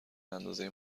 اندازه